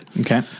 Okay